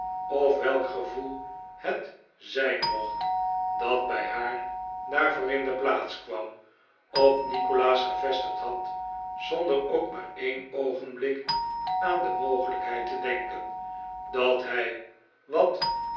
of welk gevoel het zijn mocht dat bij haar daarvoor in de plaats kwam op nikolaas gevestigd had zonder ook maar een oogenblik aan de mogelijkheid te denken dat hij wat